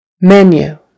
menu